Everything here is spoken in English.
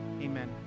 Amen